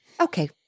Okay